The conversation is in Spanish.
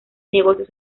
negocios